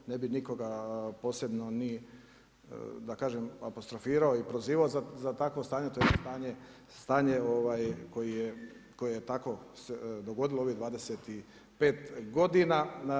Ne bih nikoga posebno ni da kažem apostrofirao i prozivao za takvo stanje, tj. stanje koje se tako dogodilo u ovih 25 godina.